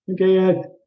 Okay